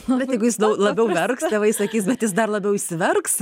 nu bet jeigu jis dar labiau verks tėvai sakys kad jis dar labiau įsiverks